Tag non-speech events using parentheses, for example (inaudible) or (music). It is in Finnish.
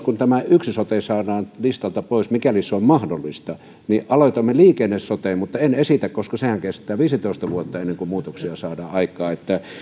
(unintelligible) kun tämä yksi sote saadaan listalta pois mikäli se on mahdollista niin seuraavaksi aloitamme liikenne soten mutta en esitä koska sehän kestää viisitoista vuotta ennen kuin muutoksia saadaan aikaan